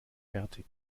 fertig